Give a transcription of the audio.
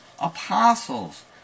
apostles